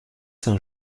saint